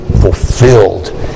fulfilled